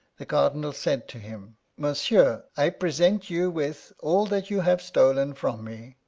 the cardinal said to him monsieur, i present you with all that you have stolen from me.